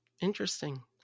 Interesting